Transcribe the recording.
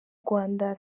rwanda